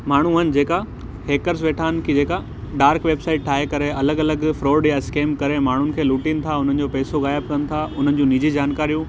माण्हू आहिनि जेका हेकर्स वेठा आहिनि जेका डार्क वेबसाइट ठाहे करे अलॻि अलॻि फ़ॉड या स्केंप करे माण्हूनि खे लूटनि था उन्हनि जो पैसो गायब कनि था उन्हनि जू निजी जानकारियूं